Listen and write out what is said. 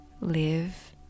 live